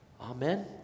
Amen